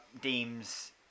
deems